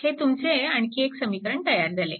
हे तुमचे आणखी एक समीकरण तयार झाले